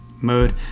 mode